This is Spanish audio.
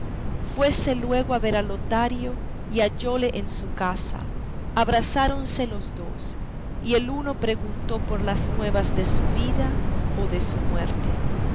fuese luego a ver a lotario y hallóle en su casa abrazáronse los dos y el uno preguntó por las nuevas de su vida o de su muerte